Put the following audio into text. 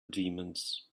demons